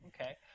okay